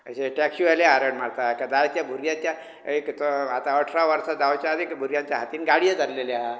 अशें टॅक्शी वालेंय आरड मारता की जायत्या भुरग्यांच्या एक तर आतां अठरा वर्सां जावच्या आदी भुरग्यांच्या हातीन गाडयो जाल्लेल्यो आहा